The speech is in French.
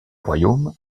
royaume